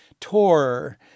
Tor